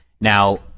Now